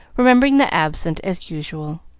remembering the absent, as usual.